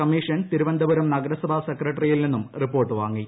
commission Thiruvananthapuram നഗരസഭാ സെക്രട്ടറിയിൽ നിന്നും റിപ്പോർട്ട് വാങ്ങി